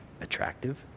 attractive